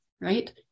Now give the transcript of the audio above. right